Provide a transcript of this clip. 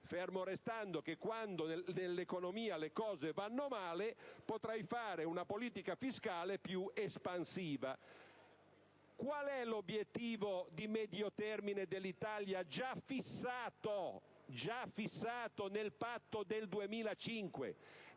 fermo restando che, quando nell'economia le cose andranno male, si potrà fare una politica fiscale più espansiva. Qual è l'obiettivo di medio termine dell'Italia già fissato nel Patto del 2005?